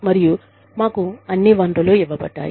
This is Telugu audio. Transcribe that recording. మరియు మాకు అన్ని వనరులు ఇవ్వబడ్డాయి